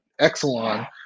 exelon